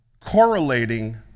Correlating